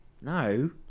No